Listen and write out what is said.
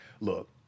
Look